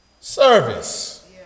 service